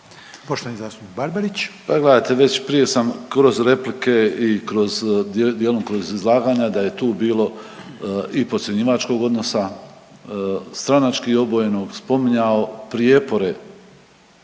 Poštovani zastupnik Barbarić.